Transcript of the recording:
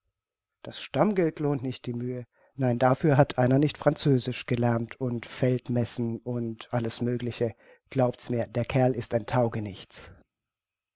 das stammgeld lohnt nicht die mühe nein dafür hat einer nicht französisch gelernt und feldmessen und alles mögliche glaubt mir's der kerl ist ein taugenichts